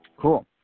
Cool